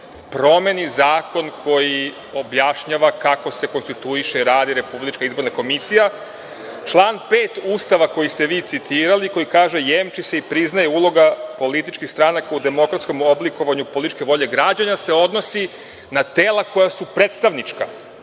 promeni zakon koji objašnjava kako se konstituiše rad i Republička izborna komisija. Član 5. Ustava, koji ste vi citirali i koji kaže – jemči se i priznaje uloga političkih stranaka u demokratskom oblikovanju političke volje građana, se odnosi na tri dela koja su predstavnička.